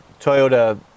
Toyota